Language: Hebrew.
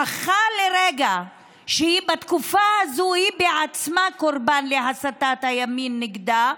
שכחה לרגע שבתקופה הזאת היא בעצמה קורבן להסתת הימין נגדה,